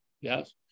Yes